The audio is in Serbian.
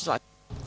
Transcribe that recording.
Izvolite.